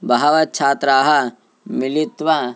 बहवः छात्राः मिलित्वा